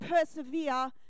persevere